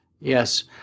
Yes